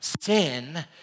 sin